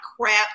crap